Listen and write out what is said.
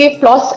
floss